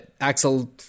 Axel